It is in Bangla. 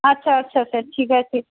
আচ্ছা আচ্ছা আচ্ছা ঠিক আছে